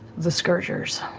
the scourgers.